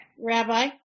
Rabbi